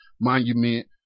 monument